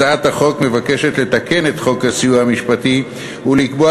הצעת החוק מבקשת לתקן את חוק הסיוע המשפטי ולקבוע